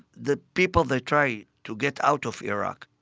the people, they tried to get out of iraq.